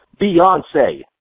Beyonce